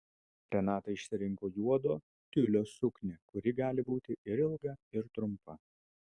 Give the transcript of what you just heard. renata išsirinko juodo tiulio suknią kuri gali būti ir ilga ir trumpa